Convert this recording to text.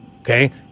Okay